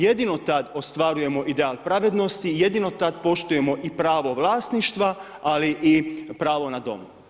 Jedino tad ostvarujemo ideal pravednosti, jedino tada poštujemo i pravo vlasništva ali i pravo na dom.